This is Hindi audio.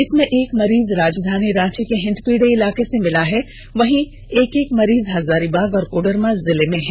इसमें एक मरीज राजधानी रांची के हिंदपीढ़ी इलाके से मिला है वहीं एक एक मरीज हजारीबाग और कोडरमा जिले में है